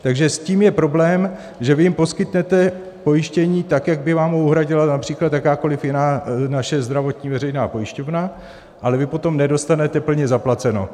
Takže s tím je problém, že vy jim poskytnete pojištění tak, jak by vám ho uhradila například jakákoli jiná naše zdravotní veřejná pojišťovna, ale vy potom nedostanete plně zaplaceno.